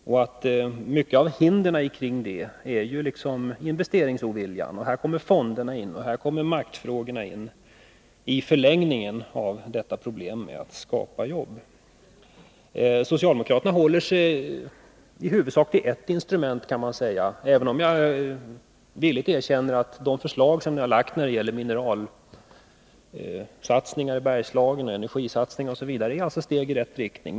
Men ett stort hinder i det avseendet är just investeringsoviljan. I förlängningen av problemet med att skapa jobb kommer fonderna och maktfrågorna in i bilden. Man kan säga att socialdemokraterna i huvudsak håller sig till ett instrument. Samtidigt är jag villig att erkänna att de förslag som de har lagt fram när det gäller mineralsatsningar i Bergslagen och när det gäller energisatsningar osv. är steg i rätt riktning.